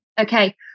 Okay